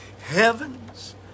heaven's